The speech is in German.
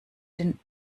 den